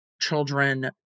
children